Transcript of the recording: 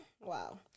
Wow